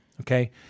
Okay